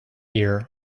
year